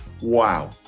wow